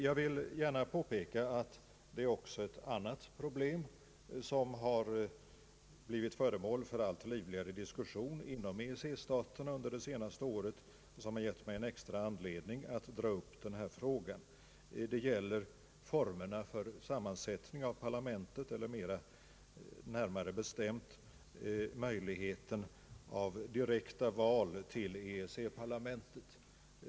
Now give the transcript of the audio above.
Jag vill gärna påpeka att också ett annat problem har blivit föremål för allt livligare diskussion inom EEC-staterna under det senaste året, och detta har gett mig en extra anledning att ta upp denna fråga. Det gäller formerna för parlamentets sammansättning, eller närmare bestämt möjligheten av direkta val till EEC-parlamentet.